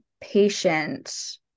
patient